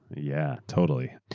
yeah, totally.